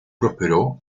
prosperó